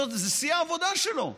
זה שיא העבודה שלו.